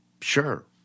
sure